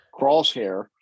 crosshair